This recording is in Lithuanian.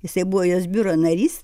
jisai buvo jos biuro narys